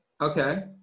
Okay